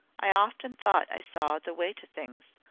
i often thought i saw the way to things,